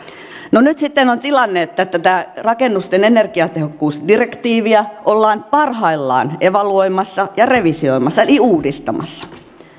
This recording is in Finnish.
nyt sitten on tilanne että tätä rakennusten energiatehokkuusdirektiiviä ollaan parhaillaan evaluoimassa ja revisioimassa eli uudistamassa